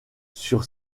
sur